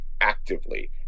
actively